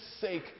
sake